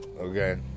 Okay